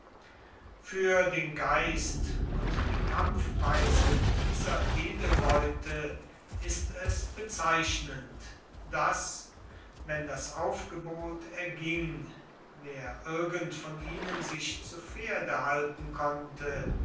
für den geist und die kampfweise dieser edelleute ist es bezeichnend daß wenn das aufgebot erging wer irgend von ihnen sich zu pferde halten konnte